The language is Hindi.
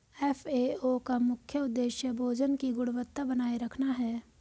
एफ.ए.ओ का मुख्य उदेश्य भोजन की गुणवत्ता बनाए रखना है